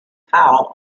powell